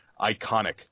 iconic